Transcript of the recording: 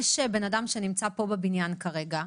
יש בן אדם שנמצא פה בבניין כרגע,